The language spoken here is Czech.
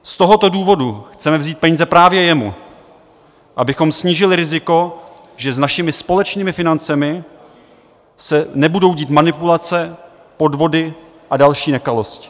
Z tohoto důvodu chceme vzít peníze právě jemu, abychom snížili riziko, že s našimi společnými financemi se budou dít manipulace, podvody a další nekalosti.